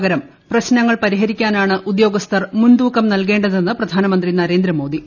പകരം പ്രശ്നങ്ങൾ പരിഹരിക്കാനാണ് ഉദ്യോഗസ്ഥർ മുൻതൂക്കം നൽകേണ്ടതെന്ന്പ്പ്പിച്ചധാനമന്ത്രി നരേന്ദ്ര മോദി